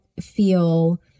feel